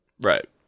Right